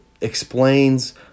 explains